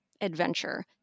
adventure